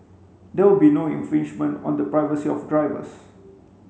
there will be no infringement on the privacy of drivers